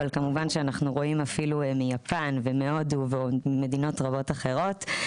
אבל כמובן שאנחנו רואים אפילו מיפן ומהודו וממדינות רבות אחרות.